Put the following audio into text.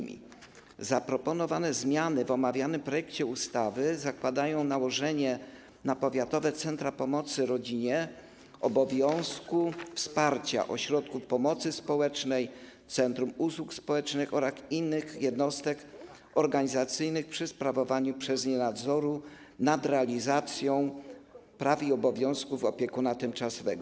Zmiany zaproponowane w omawianym projekcie ustawy zakładają nałożenie na powiatowe centra pomocy rodzinie obowiązku wsparcia ośrodków pomocy społecznej, centrów usług społecznych oraz innych jednostek organizacyjnych przy sprawowaniu przez nie nadzoru nad realizacją praw i obowiązków opiekuna tymczasowego.